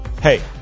Hey